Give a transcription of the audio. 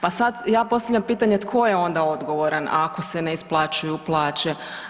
Pa sad postavljam pitanje tko je onda odgovoran ako se ne isplaćuju plaće?